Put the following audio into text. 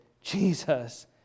Jesus